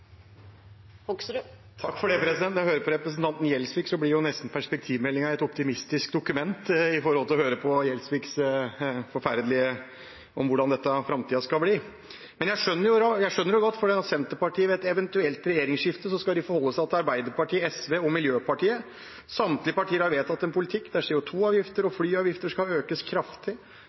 Når jeg hører på representanten Gjelsvik, blir perspektivmeldingen nesten et optimistisk dokument i forhold til å høre på Gjelsvik om hvordan denne framtiden skal bli. Men jeg skjønner det godt, fordi Senterpartiet, ved et eventuelt regjeringsskifte, skal forholde seg til Arbeiderpartiet, SV og Miljøpartiet De Grønne. Samtlige partier har vedtatt en politikk der CO 2 -avgifter og flyavgifter skal økes kraftig.